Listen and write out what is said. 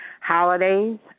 Holidays